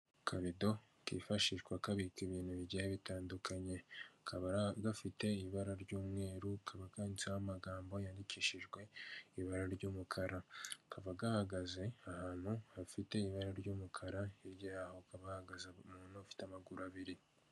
Akabido kwifashishwa kabika ibintu bigiye bitandukanye, kaba gafite ibara ry'umweru, kaba kanditseho amagambo yandikishijwe ibara ry'umukara, kaba hahagaze ahantu hafite ibara ry'umukara, hirya yaho hakaba hahagaze umuntu ufite amaguru abiri.